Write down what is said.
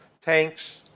Tanks